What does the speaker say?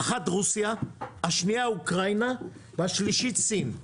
אחת רוסיה, השנייה אוקראינה והשלישית סין.